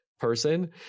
person